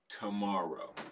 tomorrow